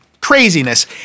craziness